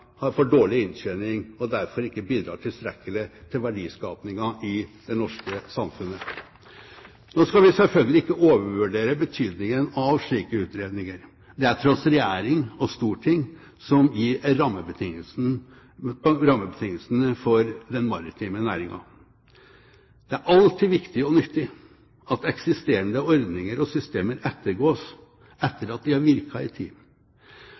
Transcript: har for dårlig inntjening og derfor ikke bidrar tilstrekkelig til verdiskapingen i det norske samfunnet. Nå skal vi selvfølgelig ikke overvurdere betydningen av slike utredninger. Det er tross alt regjering og storting som gir rammebetingelsene for den maritime næringen. Det er alltid viktig og nyttig at eksisterende ordninger og systemer ettergås etter at de har virket en tid.